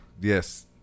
yes